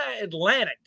Atlantic